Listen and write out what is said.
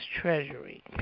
Treasury